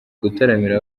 gutaramira